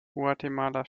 guatemala